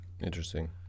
Interesting